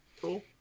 Cool